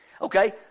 Okay